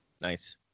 Nice